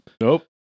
Nope